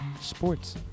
sports